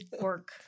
Work